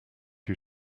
you